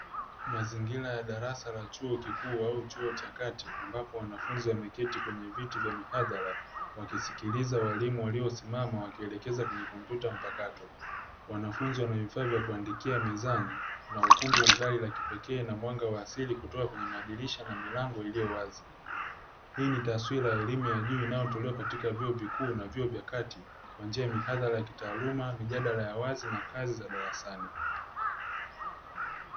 Mazingira ya darasa la chuo kikuu au chuo cha kati, ambapo wanafunzi wameketi kwenye viti vya mihadhara wakisikiliza walimu waliosimama wakielekeza kwenye kompyuta mpakato. Wanafunzi wana vifaa vya kuandikia mezani na ukumbi una dari la kipekee na mwanga wa asili kutoka kwenye madirisha na milango iliyo wazi. Hii ni taswira ya elimu ya juu inayotolewa katika vyuo vikuu na vyuo vya kati, kwa njia ya mihadhara kitaaluma, mijadala ya wazi na kazi za darasani.